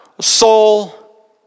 soul